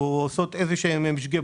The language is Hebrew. או עושות איזשהו משגה.